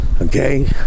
Okay